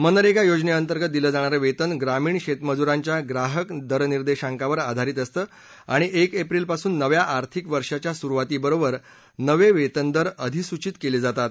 मनरेगा योजने अंतर्गत दिलं जाणारं वेतन ग्रामीण शेतमजुरांच्या ग्राहक दर निर्देशांकावर आधारित असतं आणि एक एप्रिलपासून नव्या आर्थिक वर्षाच्या सुरुवातीबरोबर नवे वेतन दर अधिसूचित केले जातात